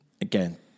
again